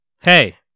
Hey